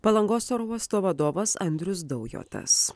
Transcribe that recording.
palangos oro uosto vadovas andrius daujotas